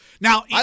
Now